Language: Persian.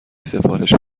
سفارش